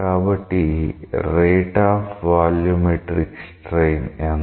కాబట్టి rate of volumetric strain ఎంత